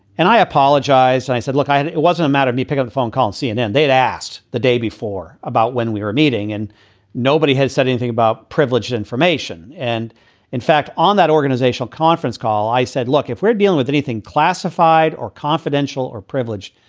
and i apologize. and i said, look, it it wasn't a matter of me, pick up the phone, call cnn. they'd asked. the day before about when we were meeting and nobody had said anything about privileged information. and in fact, on that organizational conference call, i said, look, if we're dealing with anything classified or confidential or privileged,